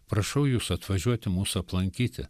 prašau jus atvažiuoti mūsų aplankyti